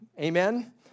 Amen